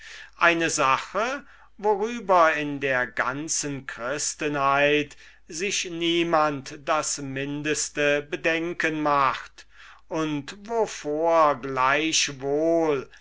eine sache worüber in der ganzen christenheit sich niemand das mindeste bedenken macht und wovor